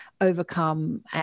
overcome